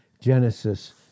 Genesis